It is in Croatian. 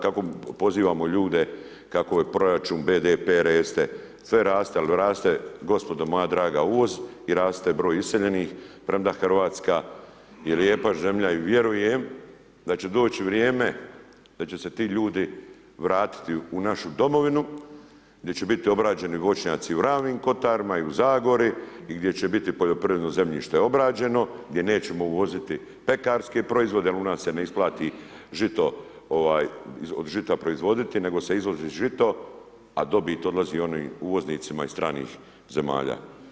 Sa, kako pozivamo ljude, kako je proračun, BDP, … sve raste, ali raste, gospodo moja draga uvoz i raste broj iseljenih, premda Hrvatska je lijepa zemlja i vjerujem da će doći vrijeme da će se ti ljudi vratiti u našu domovinu, gdje će biti obrađeni voćnjaci u ravnim kotarima i u Zagori gdje će biti poljoprivredno zemljište obrađeno, gdje nećemo uvoziti pekarske proizvode jer u nas se ne isplati od žita proizvoditi, nego se izvozi žito, a dobit odlazi onim uvoznicima iz stranih zemalja.